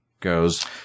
Goes